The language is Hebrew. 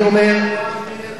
למה אתה מזמין את